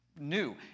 new